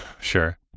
Sure